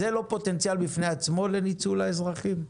זה לא פוטנציאל בפני עצמו לניצול האזרחים?